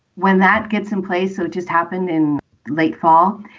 when that gets in place, and it just happened in late fall.